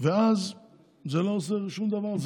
ואז זה לא עוזר לשום דבר.